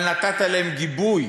אבל נתת להם גיבוי.